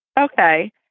okay